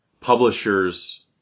publisher's